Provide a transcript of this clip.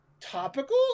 topical